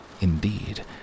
Indeed